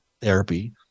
therapy